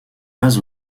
pas